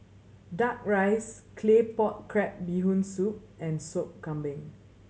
Duck Rice Claypot Crab Bee Hoon Soup and Sop Kambing